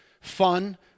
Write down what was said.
fun